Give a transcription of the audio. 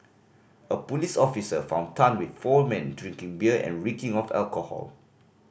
a police officer found Tan with four men drinking beer and reeking of alcohol